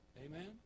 Amen